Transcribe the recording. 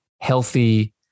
healthy